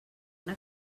una